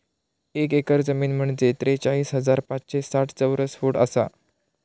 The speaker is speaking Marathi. एक एकर जमीन म्हंजे त्रेचाळीस हजार पाचशे साठ चौरस फूट आसा